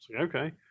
okay